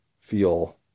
feel